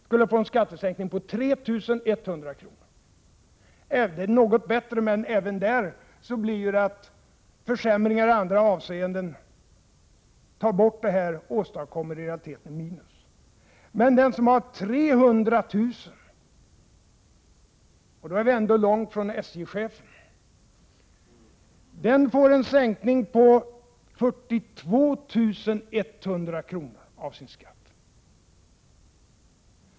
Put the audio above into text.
skulle få en skattesänkning på 3 100 kr. Det är något bättre, men även där tar försämringar i andra avseenden bort vinsten och åstadkommer i realiteten minus. Men den som har 300 000 kr. — och då är vi ändå långt från SJ-chefen — får en sänkning av sin skatt på 42 100 kr.